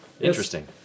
interesting